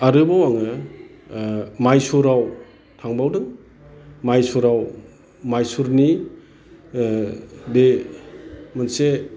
आरोबाव आङो मायस'राव थांबावदों मायस'राव मायस'रनि बे मोनसे